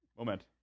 moment